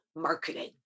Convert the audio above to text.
marketing